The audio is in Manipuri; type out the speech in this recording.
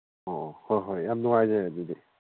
ꯑꯣꯑꯣ ꯍꯣꯏ ꯍꯣꯏ ꯌꯥꯝ ꯅꯨꯡꯉꯥꯏꯖꯔꯦ ꯑꯗꯨꯗꯤ